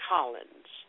Collins